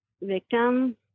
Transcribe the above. victim